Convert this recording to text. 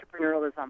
entrepreneurialism